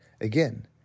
Again